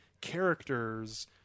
characters